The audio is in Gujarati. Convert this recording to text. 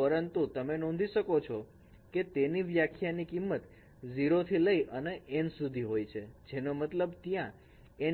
પરંતુ તમે નોંધી શકો છો કે એની વ્યાખ્યા ની કિંમત 0 થી લઈને N સુધી હોય છે જેનો મતલબ ત્યાં